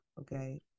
Okay